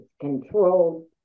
controlled